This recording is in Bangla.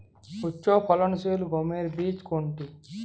উচ্চফলনশীল গমের বীজ কোনটি?